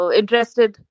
interested